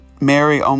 Mary